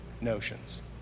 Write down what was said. notions